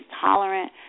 tolerant